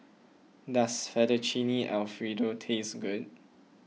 does Fettuccine Alfredo taste good